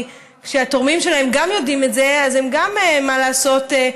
גם התורמים שלהם גם יודעים את זה, אין מה לעשות,